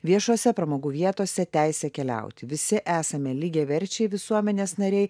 viešose pramogų vietose teisę keliauti visi esame lygiaverčiai visuomenės nariai